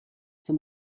zum